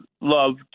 love